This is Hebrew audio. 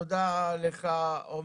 תודה לך עומר.